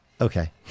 okay